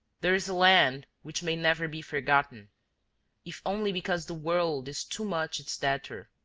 there is a land which may never be forgotten if only because the world is too much its debtor,